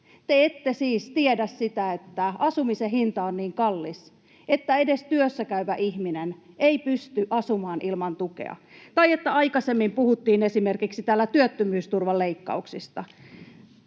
Te ette siis tiedä, että asumisen hinta on niin kallis, että edes työssäkäyvä ihminen ei pysty asumaan ilman tukea. Tai kun aikaisemmin puhuttiin täällä esimerkiksi työttömyysturvaleikkauksista: